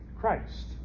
Christ